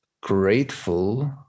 grateful